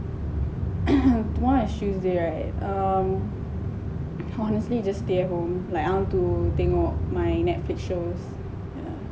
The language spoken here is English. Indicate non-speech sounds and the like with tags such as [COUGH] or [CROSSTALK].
[COUGHS] tomorrow is tuesday right um honestly just stay at home like I want to tengok my Netflix shows yeah